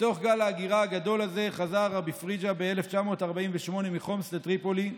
בתוך גל ההגירה הגדול הזה חזר רבי פריג'א ב-1948 מחומס לטריפולי,